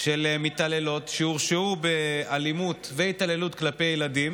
של מתעללות שהורשעו באלימות והתעללות כלפי ילדים,